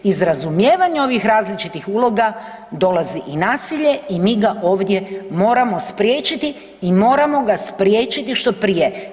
Iz razumijevanja ovih različitih uloga dolazi i nasilje i mi ga ovdje moramo spriječiti i moramo ga spriječiti što prije.